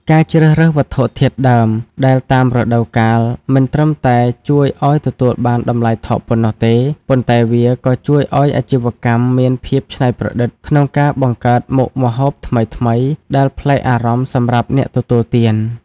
ការជ្រើសរើសវត្ថុធាតុដើមដែលតាមរដូវកាល មិនត្រឹមតែជួយឱ្យទទួលបានតម្លៃថោកប៉ុណ្ណោះទេ ប៉ុន្តែវាក៏ជួយឱ្យអាជីវកម្មមានភាពច្នៃប្រឌិតក្នុងការបង្កើតមុខម្ហូបថ្មីៗដែលប្លែកអារម្មណ៍សម្រាប់អ្នកទទួលទាន។